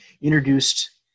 introduced